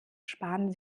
sparen